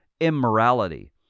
immorality